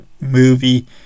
movie